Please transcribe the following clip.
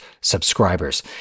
subscribers